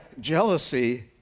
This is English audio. jealousy